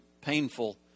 painful